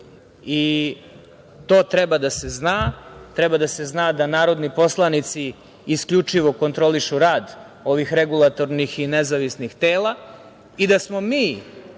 i to treba da se zna, treba da se zna da narodni poslanici isključivo kontrolišu rad ovih regulatornih i nezavisnih tela i da smo mi